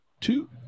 two